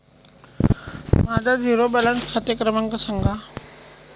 माझा zero balance खाते क्रमांक सांगा